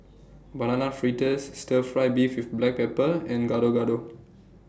Banana Fritters Stir Fry Beef with Black Pepper and Gado Gado